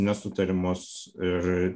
nesutarimus ir